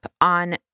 on